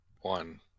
one